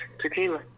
tequila